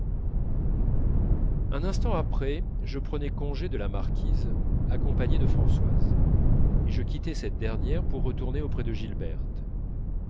un instant après je prenais congé de la marquise accompagné de françoise et je quittai cette dernière pour retourner auprès de gilberte